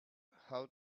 how